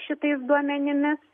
šitais duomenimis